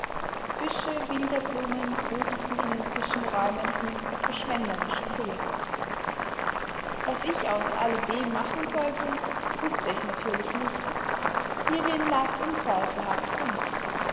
büsche wilder blumen wuchsen in den zwischenräumen in verschwenderischer fülle was ich aus alledem machen sollte wußte ich natürlich nicht hierin lag unzweifelhaft kunst